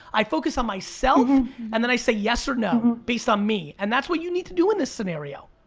i focus on myself and then i say yes or no, based on me. and that's what you need to do in this scenario.